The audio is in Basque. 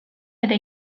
eta